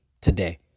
today